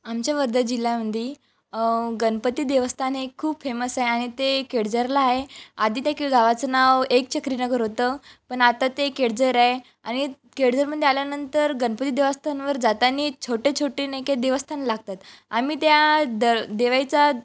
आमच्या वर्धा जिल्ह्यामध्ये गणपती देवस्थान हे खूप फेमस आहे आणि ते केडझरला आहे आधी देखील गावाचं नाव एक चक्रीनगर होतं पण आता ते केडझर आहे आणि केडझरमध्ये आल्यानंतर गणपती देवस्थानवर जाताना छोटेछोटे नाहीका देवस्थान लागतात आम्ही त्या दर देवाईचा